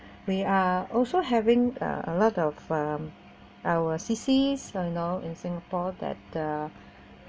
we are also having uh a lot of um our C_C you know in singapore that the uh